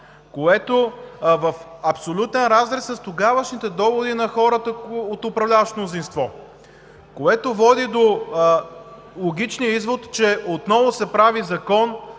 което е в абсолютен разрез с тогавашните доводи на хората от управляващото мнозинство и води до логичния извод, че отново се прави закон